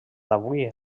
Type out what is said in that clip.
avui